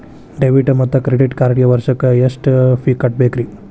Debit ಮತ್ತು credit ಕಾರ್ಡ್ಗೆ ವರ್ಷಕ್ಕ ಎಷ್ಟ ಫೇ ಕಟ್ಟಬೇಕ್ರಿ?